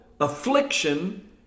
affliction